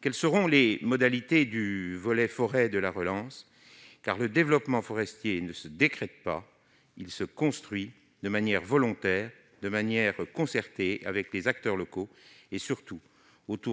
quelles seront les modalités du volet forêt de la relance ? Le développement forestier ne se décrète pas : il se construit de manière volontaire et concertée avec les acteurs locaux, autour, surtout,